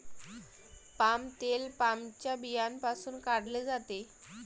palm तेल पामच्या बियांपासून काढले जाते